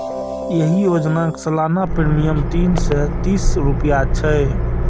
एहि योजनाक सालाना प्रीमियम तीन सय तीस रुपैया छै